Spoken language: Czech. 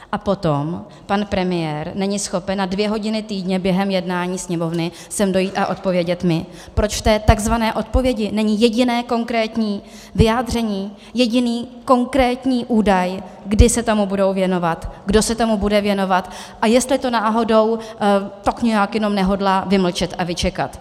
A potom pan premiér není schopen na dvě hodiny týdně během jednání Sněmovny sem dojít a odpovědět mi, proč v té tzv. odpovědi není jediné konkrétní vyjádření, jediný konkrétní údaj, kdy se tomu budou věnovat, kdo se tomu bude věnovat a jestli to náhodou tak nějak jenom nehodlá vymlčet a vyčekat.